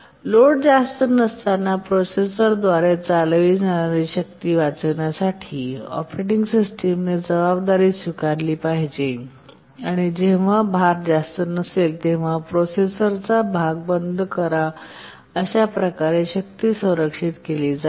load जास्त नसताना processor द्वारे चालविली जाणारी शक्ती वाचविण्यासाठी ऑपरेटिंग सिस्टमने जबाबदारी स्वीकारली पाहिजे आणि जेव्हा भार जास्त नसेल तेव्हा प्रोसेसरचा भाग बंद करा आणि अशा प्रकारे शक्ती संरक्षित केली जाईल